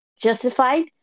Justified